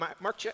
Mark